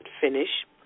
finish